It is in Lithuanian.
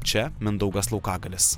čia mindaugas laukagalis